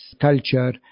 culture